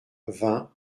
vingt